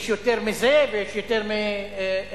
יש יותר מזה ויש יותר מהאחר,